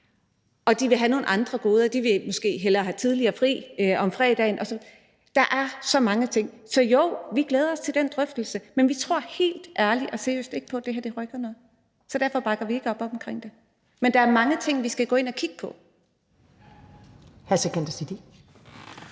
og de vil have nogle andre goder. De vil måske hellere have tidligere fri om fredagen. Der er så mange ting. Så jo, vi glæder os til den drøftelse, men vi tror helt ærligt og seriøst ikke på, at det her rykker noget, så derfor bakker vi ikke op om det. Men der er mange ting, vi skal gå ind at kigge på.